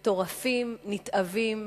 מטורפים, נתעבים,